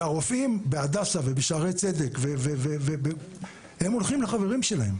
והרופאים בהדסה ושערי צדק, הם הולכים לחברים שלהם.